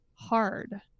hard